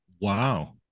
Wow